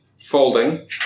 folding